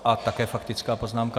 A také faktická poznámka.